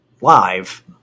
live